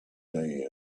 day